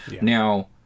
Now